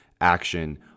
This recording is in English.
action